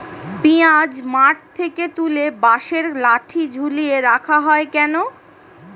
পিঁয়াজ মাঠ থেকে তুলে বাঁশের লাঠি ঝুলিয়ে রাখা হয় কেন?